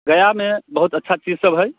गयामे बहुत अच्छा चीज सभ हय